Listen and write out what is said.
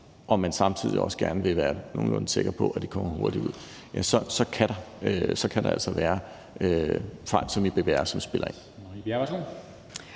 og man samtidig også gerne vil være nogenlunde sikker på, at de kommer hurtigt ud, kan der være fejl som dem i BBR, som spiller ind.